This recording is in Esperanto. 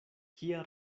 kia